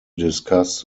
discuss